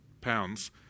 pounds